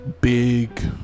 big